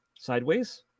sideways